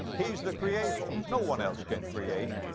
he's the creator. no one else can create.